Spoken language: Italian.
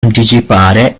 anticipare